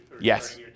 Yes